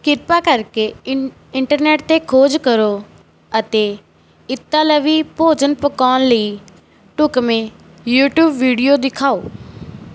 ਕਿਰਪਾ ਕਰਕੇ ਇ ਇੰਟਰਨੈੱਟ 'ਤੇ ਖੋਜ ਕਰੋ ਅਤੇ ਇਤਾਲਵੀ ਭੋਜਨ ਪਕਾਉਣ ਲਈ ਢੁਕਵੇਂ ਯੂਟਿਊਬ ਵੀਡੀਓ ਦਿਖਾਓ